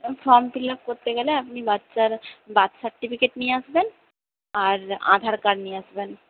form fill up করতে গেলে আপনি বাচ্চার বার্থ সার্টিফিকেট নিয়ে আসবেন আর আধার কার্ড নিয়ে আসবেন